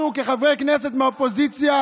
אנחנו, כחברי כנסת מהאופוזיציה,